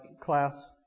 class